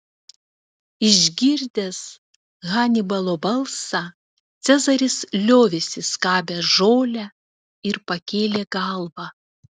išgirdęs hanibalo balsą cezaris liovėsi skabęs žolę ir pakėlė galvą